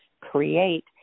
create